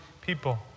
people